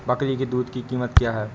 बकरी की दूध की कीमत क्या है?